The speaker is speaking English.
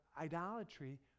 idolatry